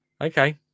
Okay